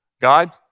God